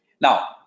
now